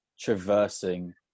traversing